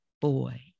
boy